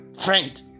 friend